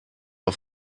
auf